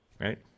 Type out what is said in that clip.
Right